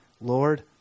Lord